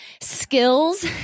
skills